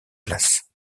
place